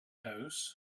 house